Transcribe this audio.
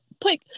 put